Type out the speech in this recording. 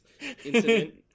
Incident